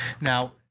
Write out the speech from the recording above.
Now